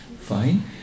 Fine